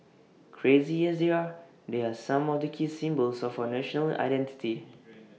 crazy as they are there are some of the key symbols of our national identity